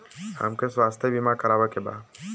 हमके स्वास्थ्य बीमा करावे के बा?